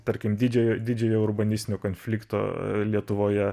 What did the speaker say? tarkim didžiojo didžiojo urbanistinio konflikto lietuvoje